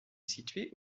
située